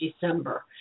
December